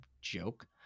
joke